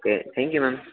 okay thank you ma'am